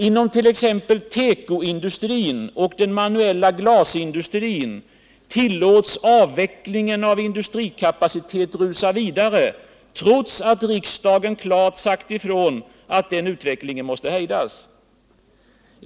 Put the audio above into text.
Inom t.ex. tekoindustrin och den manuella glasindustrin tillåts avvecklingen av industrikapacitet rusa vidare, trots att riksdagen klart har sagt ifrån att den här utvecklingen måste hejdas.